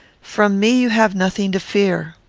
from me you have nothing to fear.